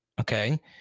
okay